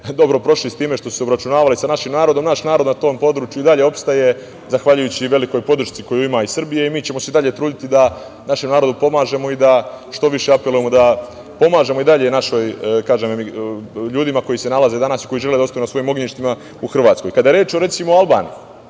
dobro prošli s time što su se obračunavali sa našim narodom. Naš narod na tom području i dalje opstaje zahvaljujući velikoj podršci koju ima iz Srbije i mi ćemo se i dalje truditi da našem narodu pomažemo i da što više apelujemo da pomažemo i dalje našim ljudima koji se nalaze danas i koji žele da ostanu na svojim ognjištima u Hrvatskoj. Kada je reč o recimo Albaniji,